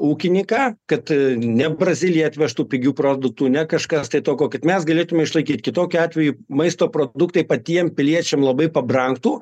ūkininką kad ne brazilija atvežtų pigių produktų ne kažkas tai tokio kaip mes galėtume išlaikyt kitokiu atveju maisto produktai patiem piliečiam labai pabrangtu